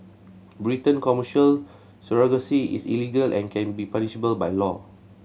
Britain Commercial surrogacy is illegal and can be punishable by law